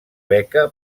beca